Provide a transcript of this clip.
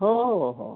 हो हो हो